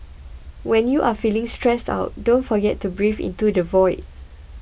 when you are feeling stressed out don't forget to breathe into the void